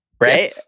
Right